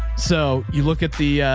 so you look at the,